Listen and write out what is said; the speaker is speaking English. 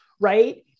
right